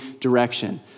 direction